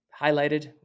highlighted